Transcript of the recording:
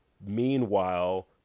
Meanwhile